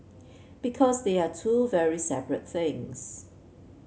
because they are two very separate things